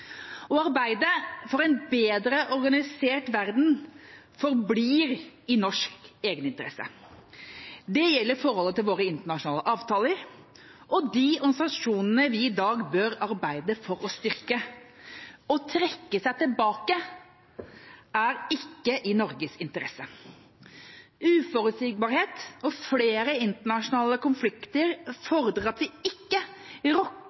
Å arbeide for en bedre organisert verden forblir i norsk egeninteresse. Det gjelder forholdet til våre internasjonale avtaler og de organisasjonene vi i dag bør arbeide for å styrke. Å trekke seg tilbake er ikke i Norges interesse. Uforutsigbarhet og flere internasjonale konflikter fordrer at vi ikke